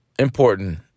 important